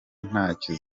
ntacyo